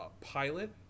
pilot